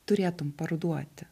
turėtum parduoti